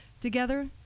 together